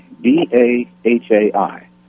B-A-H-A-I